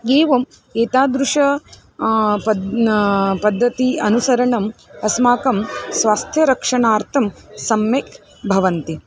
म् एतादृश्याः पद् पद्धत्याः अनुसरणम् अस्माकं स्वास्थ्यरक्षणार्थं सम्यक् भवति